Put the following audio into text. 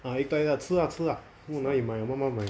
ah egg tart egg tart 吃啊吃啊不懂那里买的我妈妈买的